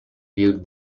viewed